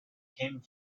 came